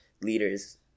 leaders